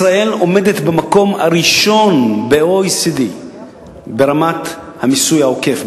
ישראל עומדת במקום הראשון ב-OECD ברמת המיסוי העוקף,